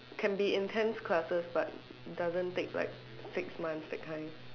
can be intense classes but doesn't take like six months that kind